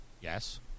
Yes